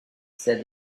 said